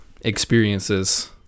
experiences